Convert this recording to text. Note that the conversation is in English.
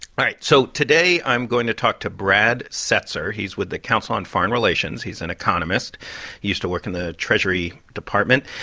right. so today, i'm going to talk to brad setser. he's with the council on foreign relations. he's an economist. he used to work in the treasury department.